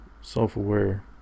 self-aware